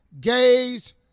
gays